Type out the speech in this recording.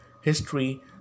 history